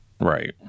Right